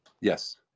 Yes